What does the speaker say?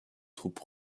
troupes